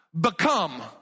Become